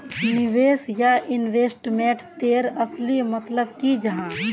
निवेश या इन्वेस्टमेंट तेर असली मतलब की जाहा?